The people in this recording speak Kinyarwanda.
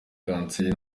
kanseri